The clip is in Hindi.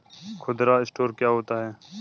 खुदरा स्टोर क्या होता है?